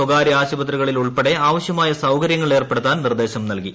സ്വകാര്യ ആശുപത്രികളിലൂൾപ്പെടെ ആവശ്യമായ സൌകര്യങ്ങൾ ഏർപ്പെടുത്താൻ നിർദ്ദേശം നൽകി